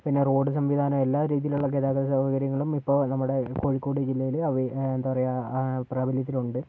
പിന്നെ റോഡ് സംവിധാനം എല്ലാ രീതിയിലുള്ള ഗതാഗത സൗകര്യങ്ങളും ഇപ്പോൾ നമ്മുടെ കോഴിക്കോട് ജില്ലയില് എന്താ പറയുക പ്രാബല്യത്തിൽ ഉണ്ട്